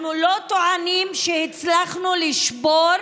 אנחנו לא טוענים שהצלחנו לשבור